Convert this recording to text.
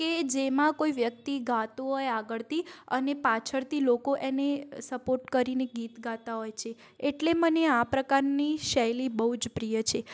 કે જેમાં કોઈ વ્યક્તિ ગાતું હોય આગળથી અને પાછળથી લોકો એને સપોર્ટ કરીને ગીત ગાતા હોય છે એટલે મને આ પ્રકારની શૈલી બહુ જ પ્રિય છે